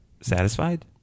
satisfied